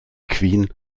queen